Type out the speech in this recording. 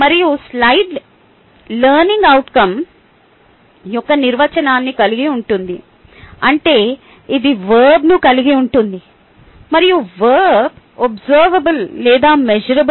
మరియు slide learning outcome యొక్క నిర్వచనాన్ని కలిగి ఉంటుంది అంటే ఇది వర్బ్ను కలిగి ఉంటుంది మరియు వర్బ్ అబ్సర్వబుల్ లేదా మేషరబుల్